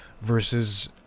versus